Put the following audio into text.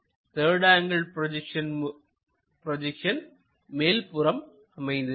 third angle projection மேல்புறம் அமைந்திருக்கும்